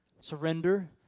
Surrender